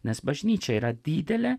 nes bažnyčia yra didelė